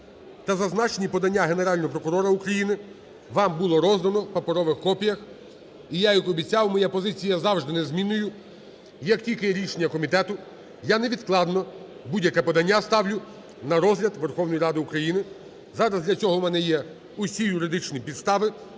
та зазначені подання Генерального прокурора України вам було роздано в паперових копіях. І я, як обіцяв, моя позиція є завжди незмінною: як тільки є рішення комітету, я невідкладно будь-яке подання ставлю на розгляд Верховної Ради України. Зараз для цього у мене є усі юридичні підстави,